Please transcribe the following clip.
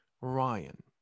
Ryan